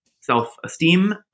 self-esteem